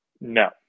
No